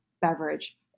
beverage